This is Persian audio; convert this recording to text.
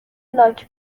لاک